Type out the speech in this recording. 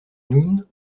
noun